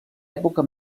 època